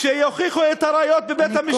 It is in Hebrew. אז שיוכיחו את הראיות בבית-המשפט,